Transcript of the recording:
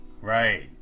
Right